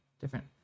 different